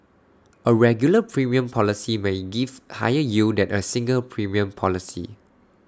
A regular premium policy may give higher yield than A single premium policy